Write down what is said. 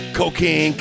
cocaine